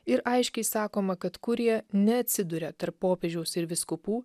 ir aiškiai sakoma kad kurija neatsiduria tarp popiežiaus ir vyskupų